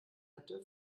hatte